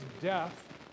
death